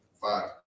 Five